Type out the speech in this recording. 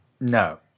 no